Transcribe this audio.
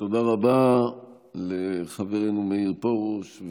תודה רבה לחברנו מאיר פרוש,